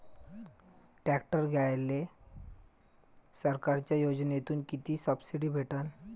Tractor घ्यायले सरकारच्या योजनेतून किती सबसिडी भेटन?